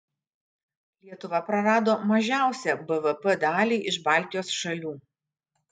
lietuva prarado mažiausią bvp dalį iš baltijos šalių